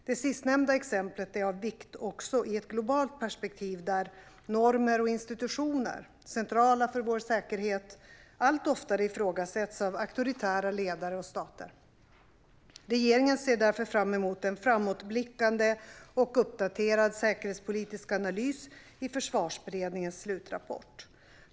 Det sistnämnda exemplet är av vikt också i ett globalt perspektiv där normer och institutioner, centrala för vår säkerhet, allt oftare ifrågasätts av auktoritära ledare och stater. Regeringen ser därför fram emot en framåtblickande och uppdaterad säkerhetspolitisk analys i Försvarsberedningens slutrapport.